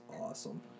awesome